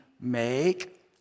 make